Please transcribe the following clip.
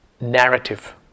narrative